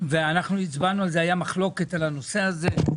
ואנחנו הצבנו על זה היה מחלוקת על הנושא הזה,